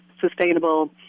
sustainable